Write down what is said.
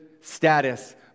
status